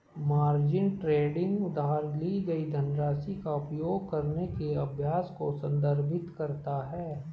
margin trading उधार ली गई धनराशि का उपयोग करने के अभ्यास को संदर्भित करता है